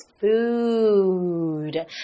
food